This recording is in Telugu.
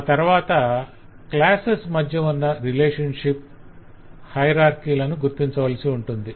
ఆ తరవాత క్లాసెస్ మధ్య ఉన్న రిలేషన్షిప్ హయరార్కిలను గుర్తించవలసి ఉంది